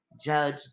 Judge